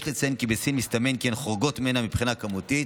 יש לציין כי בסין מסתמן כי הן חורגות ממנה מבחינה כמותית,